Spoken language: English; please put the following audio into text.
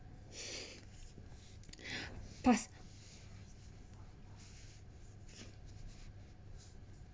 pass